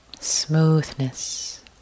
Smoothness